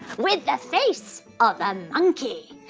with the face of a monkey.